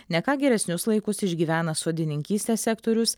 ne ką geresnius laikus išgyvena sodininkystės sektorius